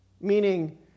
meaning